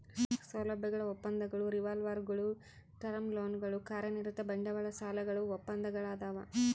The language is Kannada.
ಸೌಲಭ್ಯಗಳ ಒಪ್ಪಂದಗಳು ರಿವಾಲ್ವರ್ಗುಳು ಟರ್ಮ್ ಲೋನ್ಗಳು ಕಾರ್ಯನಿರತ ಬಂಡವಾಳ ಸಾಲಗಳು ಒಪ್ಪಂದಗಳದಾವ